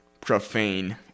profane